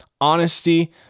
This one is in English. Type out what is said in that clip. honesty